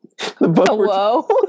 Hello